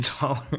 dollar